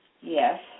Yes